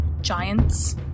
giants